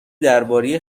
درباره